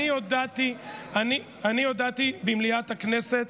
אני הודעתי במליאת הכנסת,